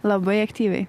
labai aktyviai